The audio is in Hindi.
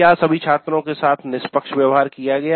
क्या सभी छात्रों के साथ निष्पक्ष व्यवहार किया गया